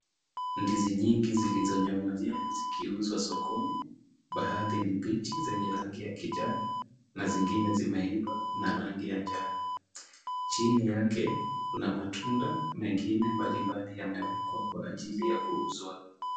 Ndizi nyingi zilizonyong'onyea zikiuzwa sokoni baadhi ni mbichi zenye rangi ya kijani na zingine zimeiva na rangi ya njano. Chini yake kuna matunda mengine mbalimbali yamewekwa kwa ajili ya kuuzwa.